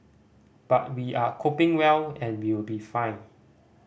but we are coping well and we will be fine